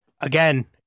again